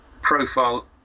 Profile